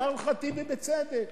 אמר לך טיבי בצדק,